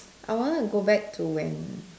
I wanted to go back to when